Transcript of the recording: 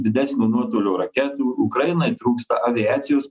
didesnio nuotolio raketų ukrainai trūksta aviacijos